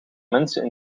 mensen